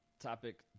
topic